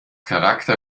charakter